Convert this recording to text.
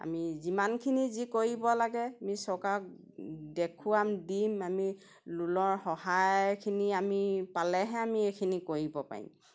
আমি যিমানখিনি যি কৰিব লাগে আমি চৰকাৰক দেখুৱাম দিম আমি লোনৰ সহায়খিনি আমি পালেহে আমি এইখিনি কৰিব পাৰিম